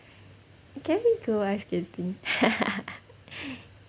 can we go ice skating